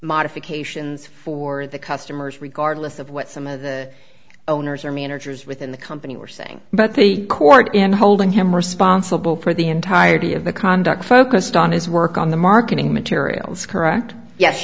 modifications for the customers regardless of what some of the owners or managers within the company were saying but the court and holding him responsible for the entirety of the conduct focused on his work on the marketing materials correct yes